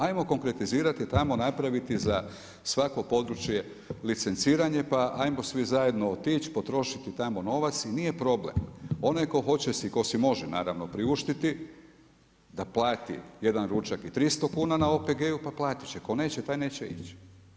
Ajmo konkretizirati tamo napraviti za svako područje licenciranje, pa ajmo svi zajedno otić potrošiti tamo novac i nije problem onaj ko si hoće, ko si može naravno priuštiti da plati jedan ručak je 300 kuna na OPG-u pa platit će, ko neće taj neće ići.